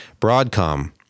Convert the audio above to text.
Broadcom